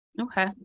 Okay